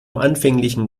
anfänglichen